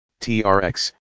TRX